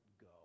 go